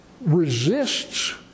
resists